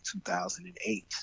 2008